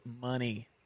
money